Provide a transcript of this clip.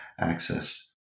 access